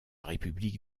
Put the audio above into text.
république